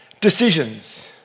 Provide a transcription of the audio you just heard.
decisions